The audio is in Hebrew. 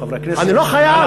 "חברי הכנסת" אני לא חייב.